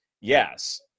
Yes